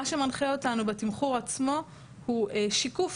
מה שמנחה אותנו בתמחור עצמו הוא שיקוף